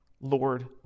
Lord